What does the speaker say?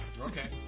Okay